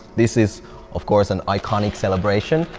this is of course an iconic celebration,